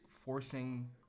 forcing